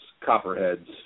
copperheads